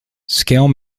scale